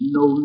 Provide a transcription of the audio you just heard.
no